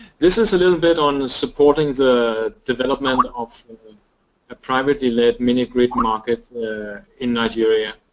this is a little bit on supporting the development of a privately-led mini-grid market in nigeria.